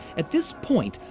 at this point,